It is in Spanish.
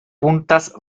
puntas